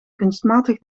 kunstmatig